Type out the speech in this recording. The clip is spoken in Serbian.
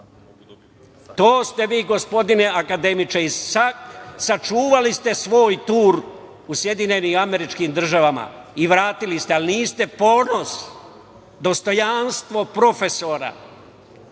ste vi, gospodine akademiče. Sačuvali ste svoj tur u Sjedinjenim Američkim Državama i vratili ste se, ali niste ponos, dostojanstvo profesora,